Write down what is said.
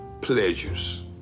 pleasures